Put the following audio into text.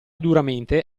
duramente